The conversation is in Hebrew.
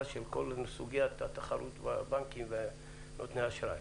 של כל סוגיית התחרות בבנקים ונותני אשראי